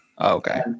Okay